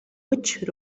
which